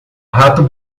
rato